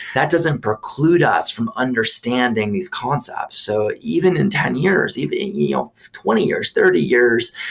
that doesn't preclude us from understanding these concepts. so even in ten years, even yeah twenty years, thirty years,